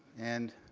and